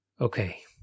Okay